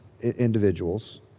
individuals